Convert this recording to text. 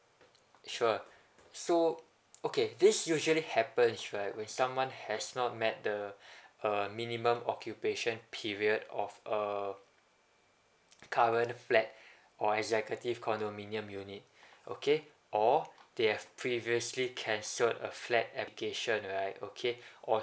sure so okay this usually happens right when someone has not met the uh minimum occupation period of uh current flat or executive condominium unit okay or they have previously cancelled a flat education right okay or